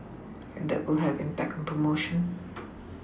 and that will have an impact on promotion